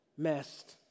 messed